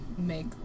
Make